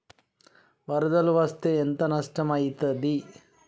వరదలు వస్తే ఎంత నష్టం ఐతది?